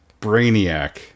brainiac